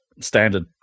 standard